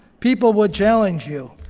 people would challenge you.